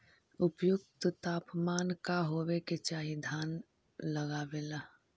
उपयुक्त तापमान का होबे के चाही धान लगावे ला?